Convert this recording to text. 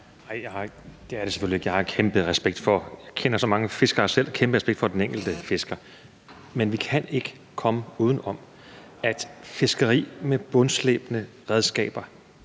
Nej, det er det selvfølgelig ikke. Jeg kender så mange fiskere, og jeg har en kæmpe respekt for den enkelte fisker. Men vi kan ikke komme uden om, at fiskeri med bundslæbende redskaber